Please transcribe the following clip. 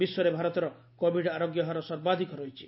ବିଶ୍ୱରେ ଭାରତର କୋବିଡ୍ ଆରୋଗ୍ୟ ହାର ସର୍ବାଧିକ ରହିଛି